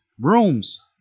rooms